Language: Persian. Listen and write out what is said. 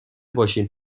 باشیم